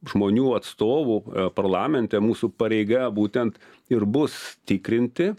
žmonių atstovų parlamente mūsų pareiga būtent ir bus tikrinti